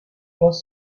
was